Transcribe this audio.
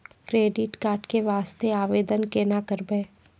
Credit card के वास्ते आवेदन केना करबै?